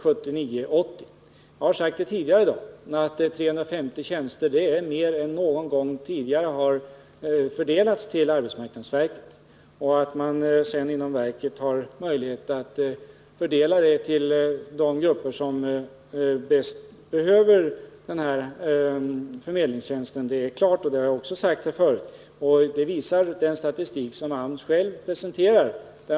Jag har sagt tidigare i dag att 350 tjänster är mer än vad arbetsmarknadsverket fått någon gång tidigare. Man har sedan inom verket möjlighet att fördela dem så att de kommer de grupper till del som bäst behöver förmedlingstjänsten. Att man gjort det visar den statistik som AMS själv presenterar.